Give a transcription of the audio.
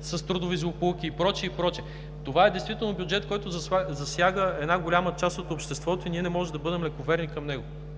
с трудови злополуки, и прочие. Това е бюджет, който засяга голяма част от обществото, и ние не може да бъдем лековерни към него.